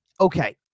okay